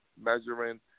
measuring